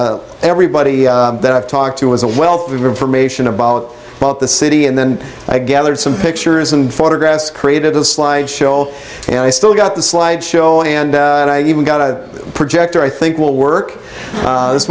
and everybody that i've talked to was a wealth of information about the city and then i gathered some pictures and photographs created a slide show and i still got the slide show and i even got a projector i think will work this